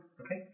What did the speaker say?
Okay